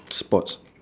sports